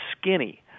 skinny